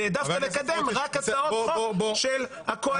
והעדפת לקדם רק הצעות חוק של הקואליציה.